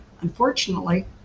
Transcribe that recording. Unfortunately